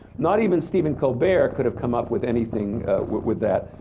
not even stephen colbert could've come up with anything with that,